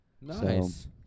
Nice